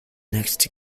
next